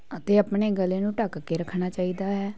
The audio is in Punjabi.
ਅਤੇ ਆਪਣੇ ਗਲੇ ਨੂੰ ਢੱਕ ਕੇ ਰੱਖਣਾ ਚਾਹੀਦਾ ਹੈ